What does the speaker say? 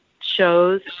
shows